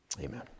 Amen